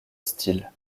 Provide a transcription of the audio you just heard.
style